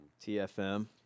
TFM